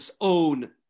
own